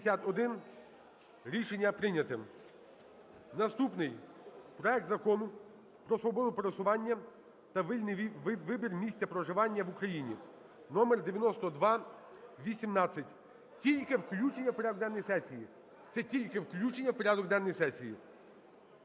Наступний. Проект Закону про свободу пересування та вільний вибір місця проживання в Україні (№ 9218). Тільки включення в порядок денний сесії,